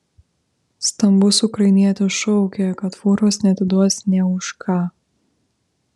stambus ukrainietis šaukė kad fūros neatiduos nė už ką